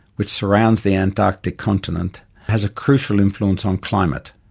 which surrounds the antarctic continent, has a crucial influence on climate.